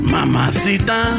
Mamacita